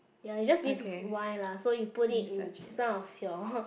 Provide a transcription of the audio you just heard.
ya is just this wine lah so you put it in some of your